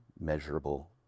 measurable